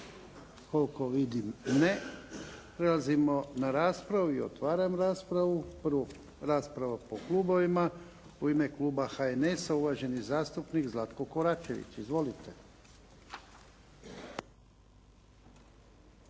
Koliko vidim ne. Prelazimo na raspravu i otvaram raspravu. Prvo rasprava po klubovima. U ime Kluba HNS-a, uvaženi zastupnik Zlatko Koračević. Izvolite.